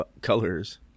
colors